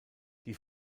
die